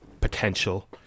potential